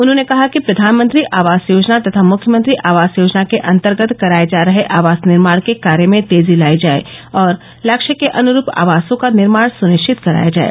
उन्हॉने कहा कि प्रधानमंत्री आवास योजना तथा मुख्यमंत्री आवास योजना के अन्तर्गत कराये जा रहे आवास निर्माण के कार्य में तेजी लायी जाए और लक्ष्य के अनुरूप आवासों का निर्माण सनिश्चित कराया जाय